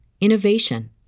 innovation